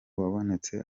wabonetse